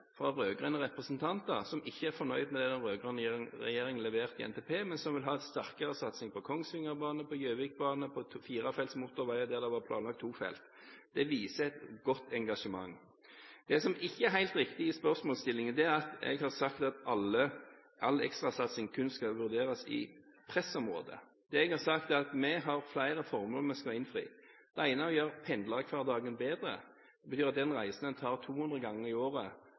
fra rød-grønne representanter som ikke er fornøyd med det den rød-grønne regjeringen leverte i NTP, men som vil ha en sterkere satsing på Kongsvingerbanen, på Gjøvikbanen, og på firefelts motorveier der det var planlagt to felt. Det viser et godt engasjement. Det som ikke er helt riktig i spørsmålsstillingen, er at jeg skal ha sagt at all ekstra satsing kun skal vurderes i pressområder. Det jeg har sagt, er at vi har flere formål vi skal innfri. Det ene er å gjøre pendlerhverdagen bedre. Det betyr at den reisen en tar 200 ganger i året,